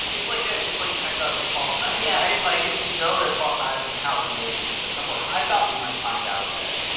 it's like ah it's like chekhov's false knife. yeah. like, if, you know, they're false knives in the house, you know, they're going to use at some point. i thought we might find out that.